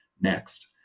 next